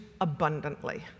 abundantly